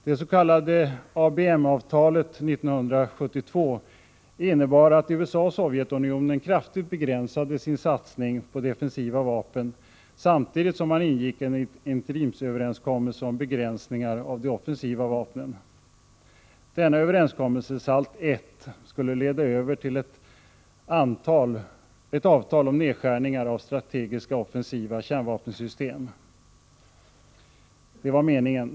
Det s.k. ABM-avtalet 1972 innebar att USA och Sovjetunionen kraftigt begränsade sin satsning på defensiva vapen samtidigt som man ingick en interimsöverenskommelse om begränsningar av de offensiva vapnen. Denna överenskommelse - SALT 1-— skulle leda över till ett avtal om nedskärningar av strategiska offensiva kärnvapensystem; det var meningen.